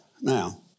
Now